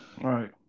Right